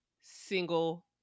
single